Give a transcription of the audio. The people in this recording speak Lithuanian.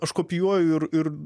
aš kopijuoju ir ir